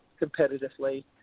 competitively